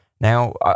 Now